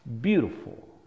beautiful